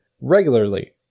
regularly